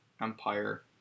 Empire